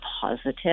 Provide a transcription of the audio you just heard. positive